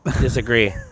Disagree